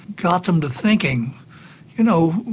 got them to thinking you know,